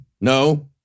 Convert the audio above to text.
no